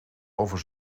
over